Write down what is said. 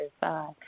side